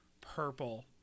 purple